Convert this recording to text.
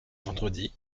vendredi